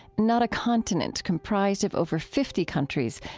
not a continent comprised of over fifty countries,